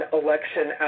election